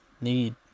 need